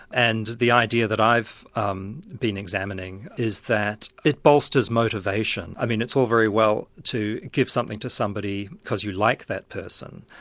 and the idea that i've um been examining is that it bolsters motivation. it's all very well to give something to somebody cause you like that person,